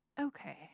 Okay